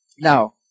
Now